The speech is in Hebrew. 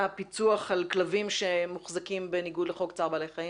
הפיצו"ח על כלבים שמוחזקים בניגוד לחוק צער בעלי חיים?